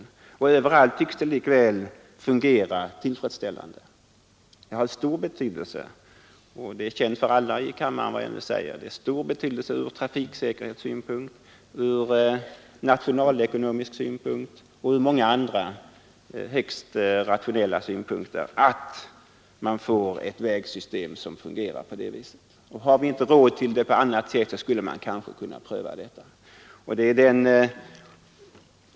Och överallt tycks det fungera tillfredsställande. Det är känt av alla i kammaren att det har stor betydelse ur trafiksäkerhetssynpunkt, ur nationalekonomisk synpunkt och ur många andra högst rationella synpunkter att man får ett vägsystem som fungerar bra. Har vi inte råd på annat sätt skulle vi kanske kunna pröva avgiftsbeläggning.